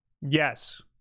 Yes